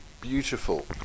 beautiful